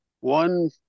one